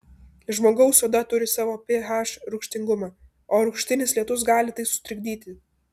žmogaus oda turi savo ph rūgštingumą o rūgštinis lietus gali tai sutrikdyti